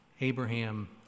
Abraham